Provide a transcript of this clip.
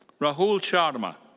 rahul sharma.